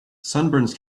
sunburns